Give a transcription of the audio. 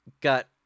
got